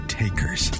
takers